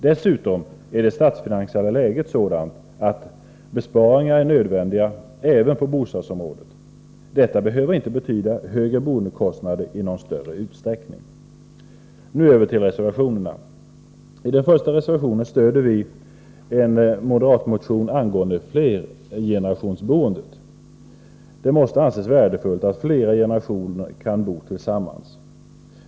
Dessutom är det statsfinansiella läget sådant att besparingar är nödvändiga även på bostadsområdet. Detta behöver inte betyda högre boendekostnader i någon större utsträckning. Nu över till reservationerna. I den första reservationen stöder vi en moderatmotion angående flergenerationsboendet. Det måste anses värdefullt att flera generationer kan bo tillsammans.